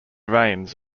veins